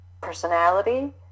personality